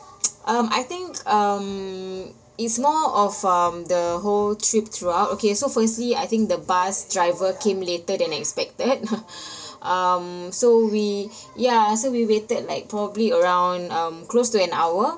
um I think um it's more of um the whole trip throughout okay so firstly I think the bus driver came later than expected um so we ya so we waited like probably around um close to an hour